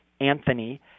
Anthony